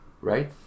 Right